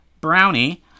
brownie